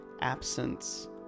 absence